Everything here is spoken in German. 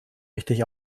richtig